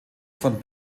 von